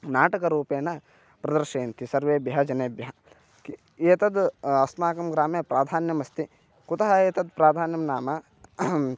नाटकरूपेण प्रदर्शयन्ति सर्वेभ्यः जनेभ्यः एतद् अस्माकं ग्रामे प्राधान्यमस्ति कुतः एतद् प्राधान्यं नाम अहं